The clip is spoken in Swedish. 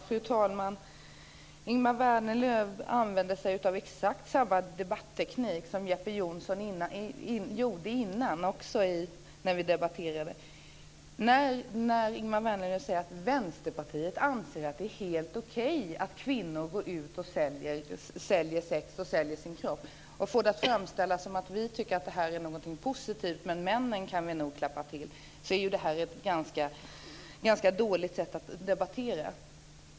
Fru talman! Ingemar Vänerlöv använder sig av exakt samma debatteknik som Jeppe Johnsson gjorde när vi debatterade här tidigare när Ingemar Vänerlöv säger att Vänsterpartiet anser att det är helt okej att kvinnor går ut och säljer sex och sin kropp. Han får det att framstå som att vi tycker att det här är något positivt men att männen kan vi nog klappa till. Det är ett ganska dåligt sätt att debattera.